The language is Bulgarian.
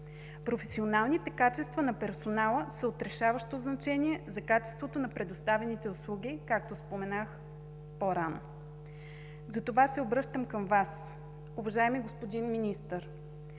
Професионалните качества на персонала са от решаващо значение за качеството на предоставените услуги, както споменах по-рано. Затова се обръщам към Вас. Уважаеми господин Министър,